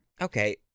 Okay